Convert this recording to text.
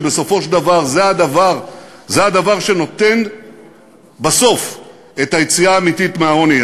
ובסופו של דבר זה הדבר שנותן בסוף את היציאה האמיתית מהעוני.